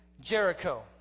Jericho